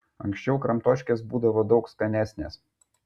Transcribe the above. anksčiau kramtoškės būdavo daug skanesnės